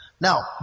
Now